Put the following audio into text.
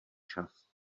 čas